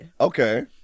okay